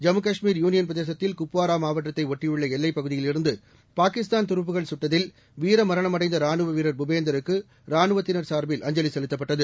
Jammu Kashmir union பிரதேசத்தில் குப்வாரா மாவட்டத்தை ஒட்டியுள்ள எல்லைப் பகுதியிலிருந்து பாகிஸ்தான் துருப்புகள் சுட்டதில் வீரமரணம் அடைந்த ரானுவ வீரர் புபேந்தருக்கு ரானுவத்தினர் சார்பில் அஞ்சலி செலுத்தப்பட்டது